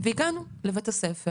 והגענו לביה"ס.